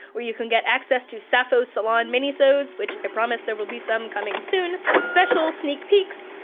where you can get access to sappho's salon minisodes, which i promise there will be some coming soon, special sneak peeks,